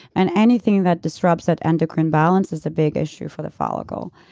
and anything that disrupts at endocrine balance is a big issue for the follicle.